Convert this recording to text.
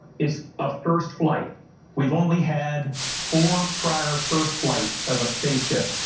it's a first flight we've only had for prior first flight of a space ship.